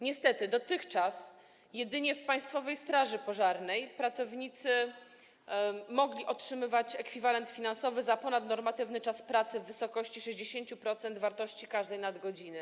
Niestety dotychczas jedynie pracownicy Państwowej Straży Pożarnej mogli otrzymywać ekwiwalent finansowy za ponadnormatywny czas pracy w wysokości 60% wartości każdej nadgodziny.